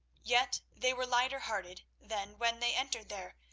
yet they were lighter-hearted than when they entered there,